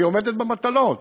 עומדת במטלות,